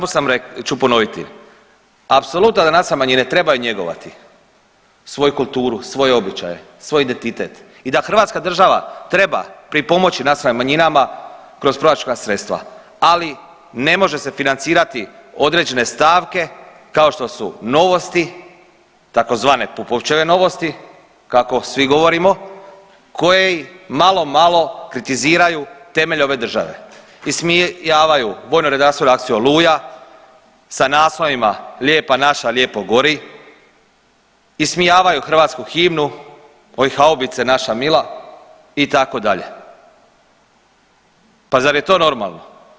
Još jedanput ću ponoviti, apsolutno da nacionalne manjine trebaju njegovati svoju kulturu, svoje običaje, svoj identitet i da hrvatska država treba pripomoći nacionalnim manjinama kroz proračunska sredstva, ali ne može se financirati određene stavke kao što su Novosti tzv. Pupovčeve Novosti kako svi govorimo koje malo malo kritiziraju temelje ove države i ismijavaju vojno redarstvenu akciju Oluja sa naslovima „Lijepa naša lijepo gori“, ismijavaju hrvatsku himnu „Oj haubice naša mila“ itd., pa zar je to normalno?